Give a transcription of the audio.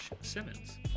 Simmons